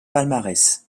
palmarès